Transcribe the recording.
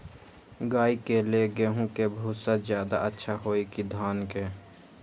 गाय के ले गेंहू के भूसा ज्यादा अच्छा होई की धान के?